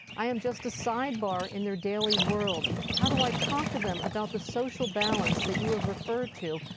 i am just a sidebar in their daily world. how do i talk to them about the social balance that you have referred to?